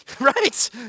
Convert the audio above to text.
right